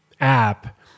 app